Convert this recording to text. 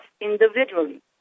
individually